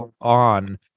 on